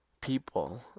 people